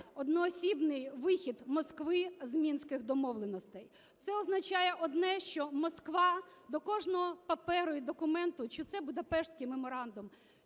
одноосібний вихід Москви з Мінських домовленостей. Це означає одне, що Москва до кожного паперу і документа, чи це Будапештський меморандум,